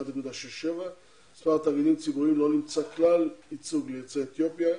1.67%. במספר תאגידים ציבוריים לא נמצא כלל ייצוג ליוצאי אתיופיה.